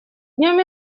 днем